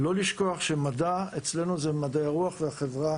לא לשכוח שמדע אצלנו זה מדעי הרוח והחברה